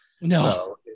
No